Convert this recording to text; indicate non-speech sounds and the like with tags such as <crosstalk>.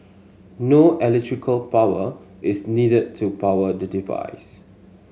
no <unintelligible> power is needed to power the device